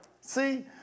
see